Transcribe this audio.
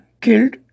killed